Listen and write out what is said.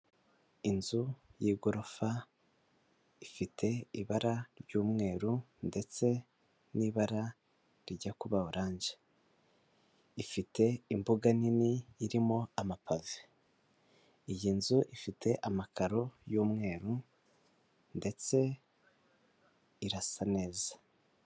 Inzu y'igorofa ifite ibara ry'umweru ndetse n'ibara rijya kuba oranje, ifite imbuga nini irimo amapave, iyi nzu ifite amakaro y'umweru ndetse irasa neza.